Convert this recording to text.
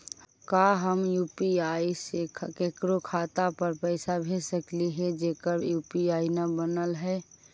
का हम यु.पी.आई से केकरो खाता पर पैसा भेज सकली हे जेकर यु.पी.आई न बनल है?